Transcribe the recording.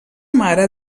mare